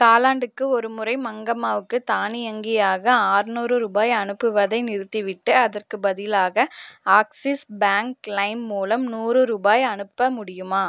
காலாண்டுக்கு ஒருமுறை மங்கம்மாவுக்கு தானியங்கியாக ஆறுநூறு ரூபாய் அனுப்புவதை நிறுத்திவிட்டு அதற்குப் பதிலாக ஆக்ஸிஸ் பேங்க் லைம் மூலம் நூறு ரூபாய் அனுப்ப முடியுமா